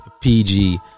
PG